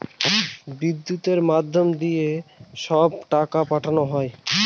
বিদ্যুতের মাধ্যম দিয়ে সব টাকা পাঠানো হয়